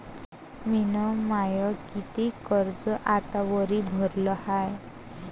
मिन माय कितीक कर्ज आतावरी भरलं हाय?